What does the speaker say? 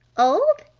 old?